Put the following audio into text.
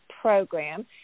program